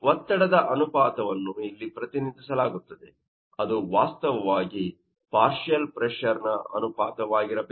ಒತ್ತಡದ ಅನುಪಾತವನ್ನು ಇಲ್ಲಿ ಪ್ರತಿನಿಧಿಸಲಾಗುತ್ತದೆ ಅದು ವಾಸ್ತವವಾಗಿ ಪಾರ್ಷಿಯಲ್ ಪ್ರೆಶರ್ ನ ಅನುಪಾತವಾಗಿರಬೇಕು